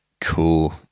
Cool